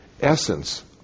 Essence